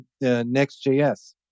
Next.js